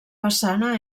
façana